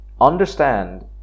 Understand